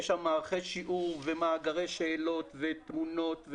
יש שם מערכי שיעור, מאגרי שאלות, תמונות,